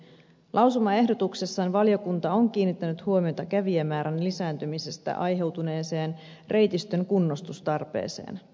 lausumaehdotuksessaan valiokunta on kiinnittänyt huomiota kävijämäärän lisääntymisestä aiheutuneeseen reitistön kunnostustarpeeseen